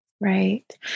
Right